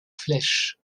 flèche